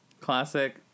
Classic